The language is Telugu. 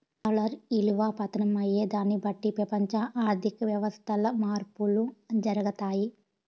డాలర్ ఇలువ పతనం అయ్యేదాన్ని బట్టి పెపంచ ఆర్థిక వ్యవస్థల్ల మార్పులు జరగతాయి